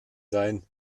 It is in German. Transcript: sein